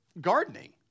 gardening